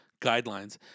guidelines